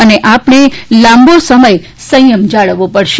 અને આપણે લાંબો સમય સંયમ જાળવવો પડશે